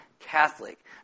Catholic